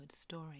story